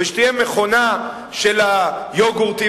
ושתהיה מכונה של יוגורטים?